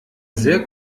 sehr